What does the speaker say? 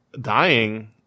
dying